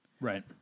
Right